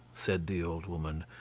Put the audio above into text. said the old woman,